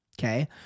okay